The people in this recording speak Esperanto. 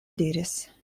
diris